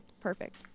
Perfect